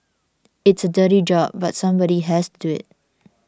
it is a dirty job but somebody has to do it